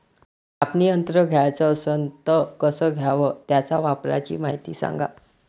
कापनी यंत्र घ्याचं असन त कस घ्याव? त्याच्या वापराची मायती सांगा